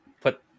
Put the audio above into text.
put